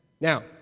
Now